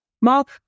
Mark